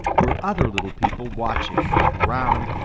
were other little people watching with round,